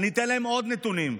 אני אתן להם עוד נתונים,